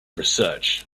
research